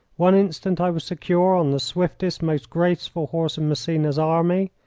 one instant i was secure on the swiftest, most graceful horse in massena's army.